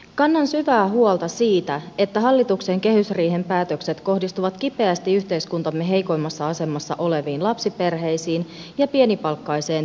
kannan syvää huolta siitä että hallituksen kehysriihen päätökset kohdistuvat kipeästi yhteiskuntamme heikoimmassa asemassa oleviin lapsiperheisiin ja pienipalkkaiseen työväestöön